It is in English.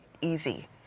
easy